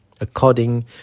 according